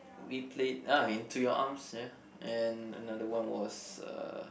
we played uh Into Your Arms ya and another one was uh